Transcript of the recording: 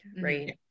right